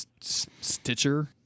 Stitcher